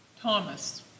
Thomas